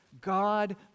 God